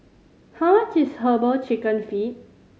how much is Herbal Chicken Feet